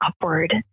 upward